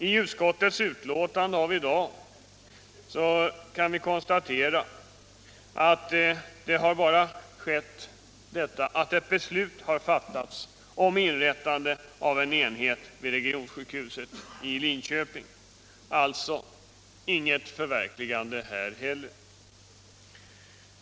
I utskottets betänkande nu kan vi konstatera att det enda som skett är att ett beslut har fattats om inrättande av en enhet vid regionsjukhuset i Linköping. Alltså: Inget förverkligande här heller.